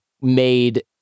made